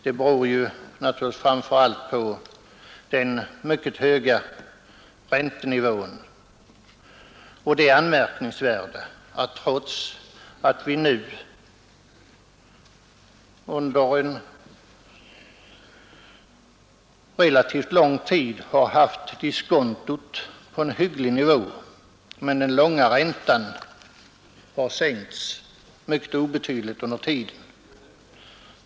Detta beror naturligtvis framför allt på den mycket höga räntenivån och det anmärkningsvärda, att trots att vi nu under en relativt långt tid haft diskontot på en hygglig nivå har den långa räntan endast sänkts mycket obetydligt under den tiden.